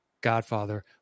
Godfather